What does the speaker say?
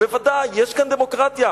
בוודאי, יש כאן דמוקרטיה.